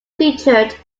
featured